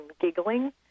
giggling